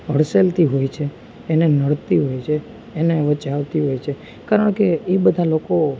હડસેલતી હોય છે એને નડતી હોય છે એને વચ્ચે ચાલતી હોય છે કારણકે એ બધા લોકો